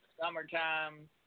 summertime